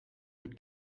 but